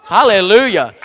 Hallelujah